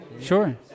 sure